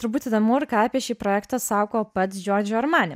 turbūt įdomu ir ką apie šį projektą sako pats džordžio armani